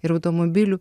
ir automobilių